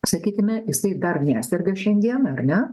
sakykime jisai dar neserga šiandien ar ne